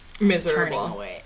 miserable